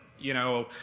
you know,